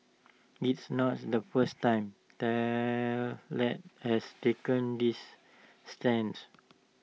it's not the first time Tesla has taken this stance